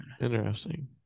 interesting